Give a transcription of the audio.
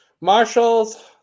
Marshalls